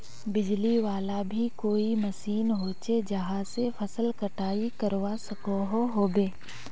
बिजली वाला भी कोई मशीन होचे जहा से फसल कटाई करवा सकोहो होबे?